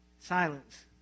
Silence